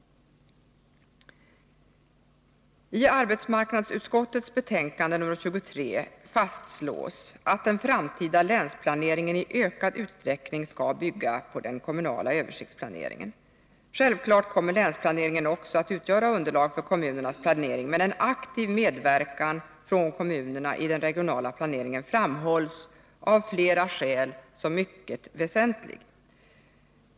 I arbetsmarknadsutskottets betänkande nr 23 fastslås, att den framtida länsplaneringen i ökad utsträckning skall bygga på den kommunala översiktsplaneringen. Självfallet kommer länsplaneringen också att utgöra underlag för kommunernas planering, men en aktiv medverkan från kommunerna i den regionala planeringen framhålls av flera skäl som mycket väsentlig.